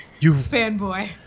Fanboy